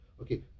okay